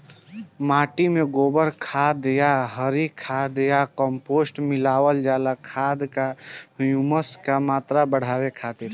माटी में गोबर खाद या हरी खाद या कम्पोस्ट मिलावल जाला खाद या ह्यूमस क मात्रा बढ़ावे खातिर?